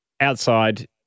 outside